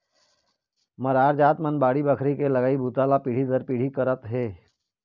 मरार जात मन बाड़ी बखरी के लगई बूता ल पीढ़ी दर पीढ़ी करत हे